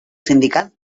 sindicat